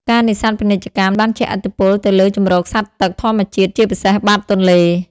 ការនេសាទពាណិជ្ជកម្មបានជះឥទ្ធិពលទៅលើ ជម្រកសត្វទឹក ធម្មជាតិ ជាពិសេសបាតទន្លេ។